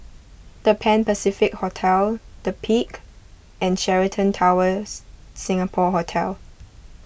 the Pan Pacific Hotel the Peak and Sheraton Towers Singapore Hotel